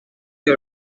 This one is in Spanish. que